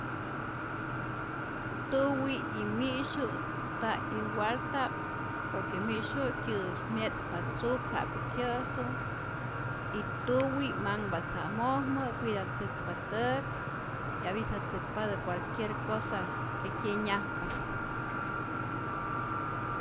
Tuwi' y mi'syu' ta igualta'p por que mi'syu' kyä's mye'tzpa tzuk ja'ku kyä'su y tuwi' manhpa tza'mojmä, cuidatzäkpa täk, 'yavisatzäkpatä cualquier cosa ke kyenyajpa.